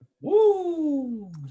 Woo